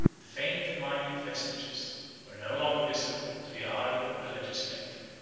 the faint and minute vestiges were no longer visible to the eye of the legislator.